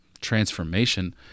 transformation